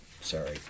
Sorry